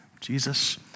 Jesus